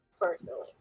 Personally